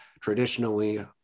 traditionally